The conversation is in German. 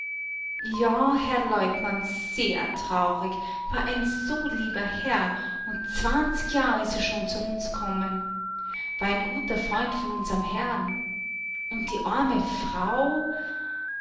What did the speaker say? ja herr leutnant sehr traurig war ein so lieber herr und zwanzig jahr ist er schon zu uns kommen war ein guter freund von unserm herrn und die arme frau